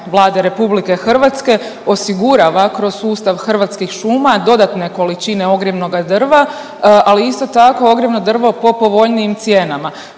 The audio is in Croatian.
Vlade RH osigurava kroz sustav Hrvatskih šuma dodatne količine ogrjevnoga drva, ali isto tako ogrjevno drvo po povoljnijim cijenama,